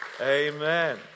Amen